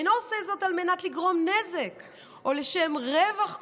אינו עושה זאת על מנת לגרום נזק או לשם רווח כלשהו,